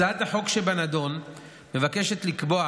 הצעת החוק שבנדון מבקשת לקבוע